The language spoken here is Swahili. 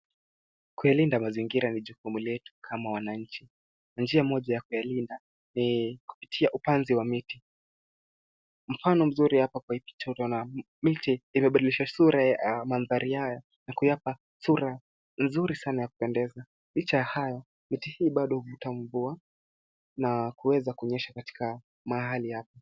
Kuilinda mazingira ni jukumu letu kama wananchi. Ni njia moja ya kuyalinda ni kupitia upanzi wa miti. Mfano mzuri hapa kwa picha hii utaiona miti imebadilisha sura ya mandhari haya na kuyapa sura nzuri sana ya kupendeza. Licha ya hayo, miti hii bado huvuta mvua na kuweza kunyesha katika mahali hapa.